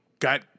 got